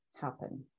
Happen